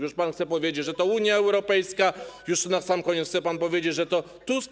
Już pan chciał powiedzieć, że to Unia Europejska, już na sam koniec chciał pan powiedzieć, że to Tusk.